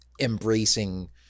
embracing